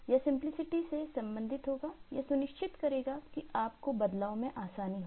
यह सिंपलीसिटी से संबंधित होगा यह सुनिश्चित करेगा कि आपको बदलाव में आसानी हो